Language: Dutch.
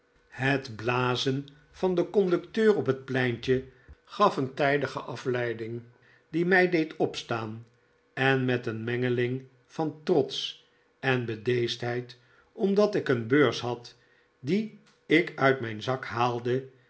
het blazen van den conducteur op het pleintje gaf een tijdige afleiding die mij deed opstaan en met een mengeling van trots en bedeesdheid omdat ik een beurs had die ik uit mijn zak haalde